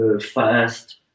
fast